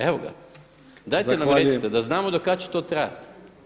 Evo, ga dajte nam recite da znamo [[Upadica Brkić: Zahvaljujem.]] Do kada će to trajati.